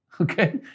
okay